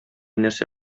нәрсә